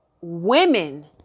women